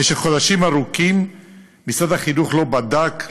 במשך חודשים ארוכים משרד החינוך לא בדק,